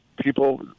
people